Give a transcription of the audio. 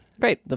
Great